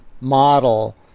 model